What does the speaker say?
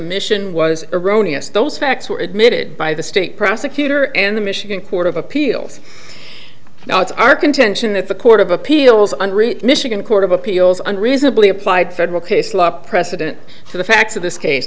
mission was erroneous those facts were admitted by the state prosecutor and the michigan court of appeals now it's our contention that the court of appeals unroot michigan court of appeals unreasonably applied federal case law precedent to the facts of this case